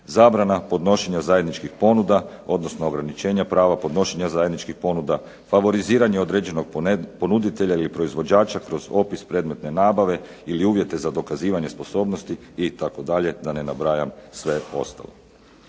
zabrana podnošenja zajedničkih ponuda, odnosno ograničenja prava podnošenja zajedničkih ponuda, favoriziranje određenog ponuditelja ili proizvođača kroz opis predmetne nabave ili uvjete za dokazivanje sposobnosti itd. da ne nabrajam sve ostalo.